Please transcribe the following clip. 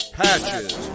patches